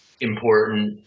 important